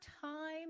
time